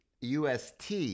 UST